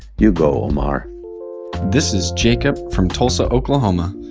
you go, omar this is jacob from tulsa, okla. um ah